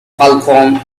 falcon